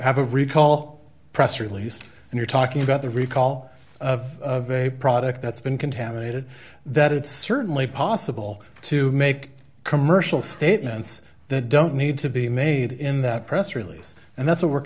have a recall press release and you're talking about the recall of of a product that's been contaminated that it's certainly possible to make commercial statements that don't need to be made in that press release and that's